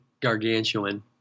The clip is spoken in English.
gargantuan